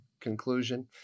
conclusion